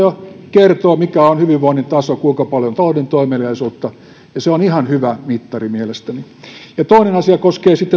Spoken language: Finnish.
kertoo mikä on hyvinvoinnin taso kuinka paljon on talouden toimeliaisuutta ja se on ihan hyvä mittari mielestäni toinen asia koskee